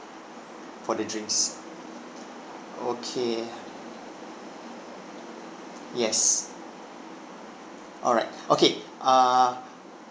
for the drinks okay yes alright okay err